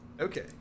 okay